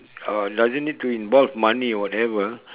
uh doesn't need to involve money whatever